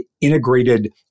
integrated